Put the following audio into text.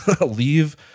leave